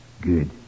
Good